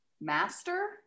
Master